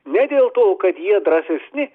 ne dėl to kad jie drąsesni